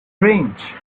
range